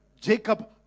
jacob